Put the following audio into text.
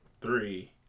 three